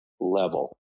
level